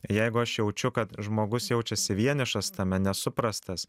jeigu aš jaučiu kad žmogus jaučiasi vienišas tame nesuprastas